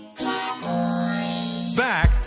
back